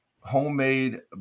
homemade